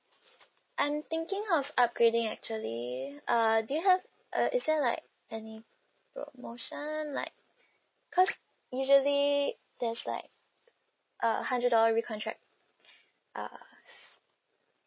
I'm thinking of upgrading actually uh do you have uh is there like any promotion like cause usually there's like a hundred dollar recontract uh